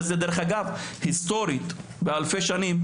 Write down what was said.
שזה דרך אגב היסטורית באלפי שנים,